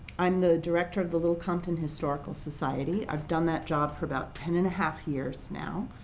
i'm the director of the little compton historical society. i've done that job for about ten and a half years now,